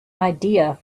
idea